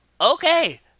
Okay